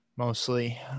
mostly